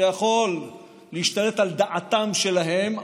שיכול להשתלט על דעתם שלהם,